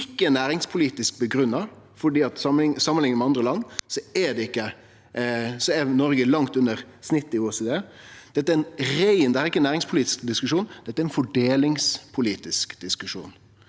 ikkje er næringspolitisk grunngjevne, for samanlikna med andre land er Noreg langt under snittet i OECD. Dette er ikkje ein næringspolitisk diskusjon, dette er ein fordelingspolitisk diskusjon,